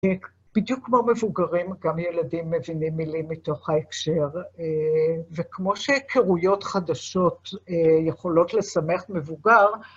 בדיוק כמו מבוגרים, גם ילדים מבינים מילים מתוך ההקשר, וכמו שהכרויות חדשות יכולות לשמח מבוגר,